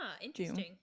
interesting